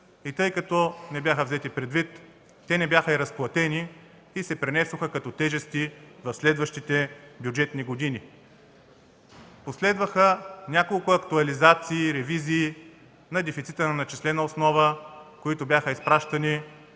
И тъй като не бяха взети предвид, те не бяха разплатени и се пренесоха като тежести в следващите бюджетни години. Последваха няколко актуализации и ревизии на дефицита на начислена основа, които бяха изпращани